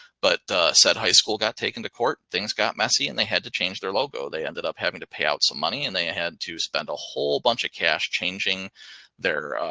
but the set high school got taken to court. things got messy and they had to change their logo. they ended up having to pay out some money and they had to spend a whole bunch of cash changing their.